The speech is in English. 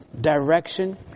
direction